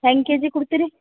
ಹೆಂಗೆ K G ಕೊಡ್ತೀರಿ